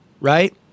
right